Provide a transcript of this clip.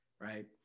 right